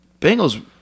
Bengals –